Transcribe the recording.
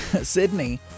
sydney